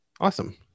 Awesome